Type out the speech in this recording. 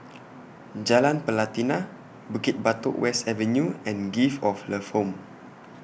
Jalan Pelatina Bukit Batok West Avenue and Gift of Love Home